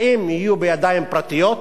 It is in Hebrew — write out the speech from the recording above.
האם יהיו בידיים פרטיות?